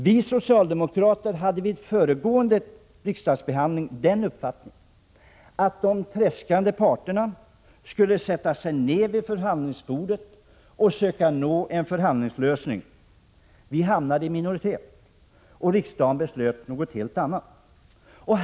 Vi socialdemokrater hade vid föregående riksdagsbehandling den uppfattningen att de tredskande parterna skulle sätta sig ned vid förhandlingsbordet och söka nå en förhandlingslösning. Vi hamnade i minoritet, och riksdagen beslöt något helt annat.